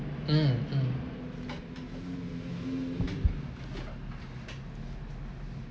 mm mm